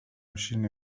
شیرینی